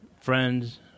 friends